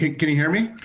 can can you hear me?